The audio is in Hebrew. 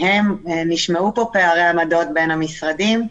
נשמעו פה פערי עמדות בין המשרדים.